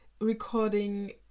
recording